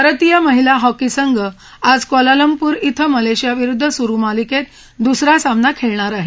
भारती महिला हॉकी संघ आज क्वालंमपूर क्वें मलेशियाविरुद्ध सुरू मालिकेत दसरा सामना खेळणार आहे